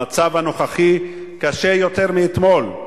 המצב הנוכחי קשה יותר מאתמול,